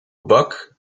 buck